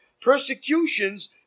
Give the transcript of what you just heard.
persecutions